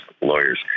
lawyers